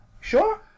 Sure